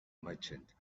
merchant